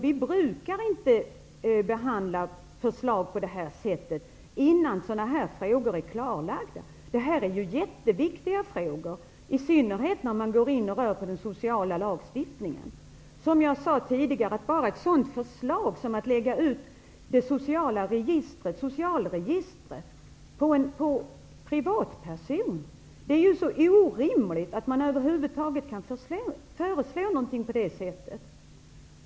Vi brukar inte behandla förslag på det här sättet, Göte Jonsson, innan sådana här frågor är klarlagda. Det är mycket viktiga frågor, i synnerhet när man går in och rör vid den sociala lagstiftningen. Som jag sade tidigare, gäller det framför allt förslaget om att lägga ut socialregistret på privatpersoner. Det är så orimligt att över huvud taget föreslå någonting sådant!